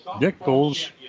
Nichols